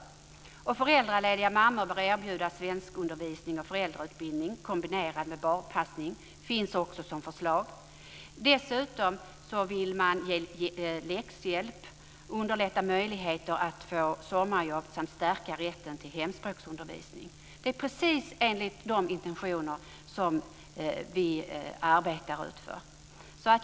Föräldralediga mammor bör erbjudas svenskundervisning och föräldrautbildning kombinerat med barnpassning - det finns också bland våra förslag. Dessutom vill man ge läxhjälp, underlätta möjligheter att få sommarjobb samt stärka rätten till hemspråksundervisning - precis enligt de intentioner som vi arbetar efter.